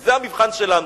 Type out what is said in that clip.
וזה המבחן שלנו,